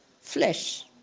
flesh